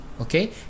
okay